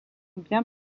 bien